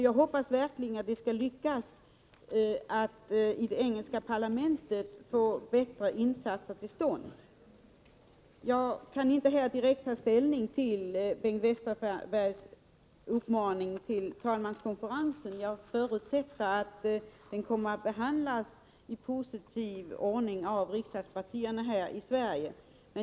Jag hoppas verkligen att man skall lyckas att i det engelska parlamentet få bättre insatser till stånd. Jag kan inte här direkt ta ställning till Bengt Westerbergs uppmaning till talmanskonferensen. Jag förutsätter att hans framställan kommer att behandlas i positiv anda av riksdagspartierna här i Sverige.